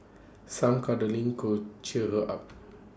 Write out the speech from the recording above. some cuddling could cheer her up